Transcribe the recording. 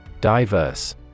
Diverse